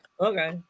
okay